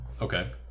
Okay